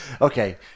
Okay